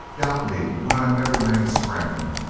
doubt me when i am every man's friend.